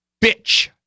bitch